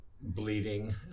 bleeding